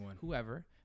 whoever